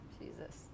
Jesus